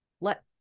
let